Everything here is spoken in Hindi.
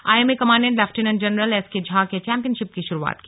I M A commandant lieutenant general S K Jha ने चौंपियनशिप की शुरूआत की